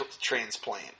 transplant